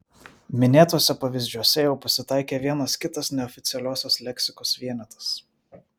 minėtuose pavyzdžiuose jau pasitaikė vienas kitas neoficialiosios leksikos vienetas